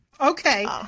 Okay